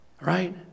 right